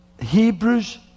Hebrews